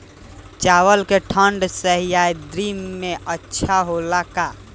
चावल ठंढ सह्याद्री में अच्छा होला का?